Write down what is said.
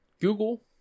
Google